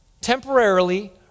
Temporarily